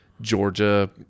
Georgia